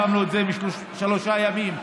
הרמנו את זה משלושה ימים,